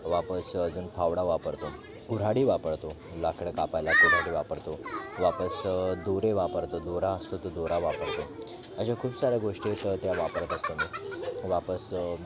वापस अजून फावडा वापरतो कुऱ्हाडी वापरतो लाकडं कापायला कुऱ्हाडी वापरतो वापस दोरे वापरतो दोरा असतो तो दोरा वापरतो अशा खूप साऱ्या गोष्टी आहेत त्या वापरत असतो मी वापस